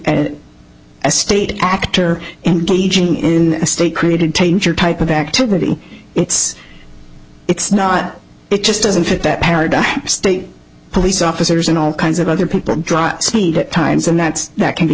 and a state actor engaging in a state created taint your type of activity it's it's not it just doesn't fit that paradigm state police officers and all kinds of other people drive speed at times and that that can be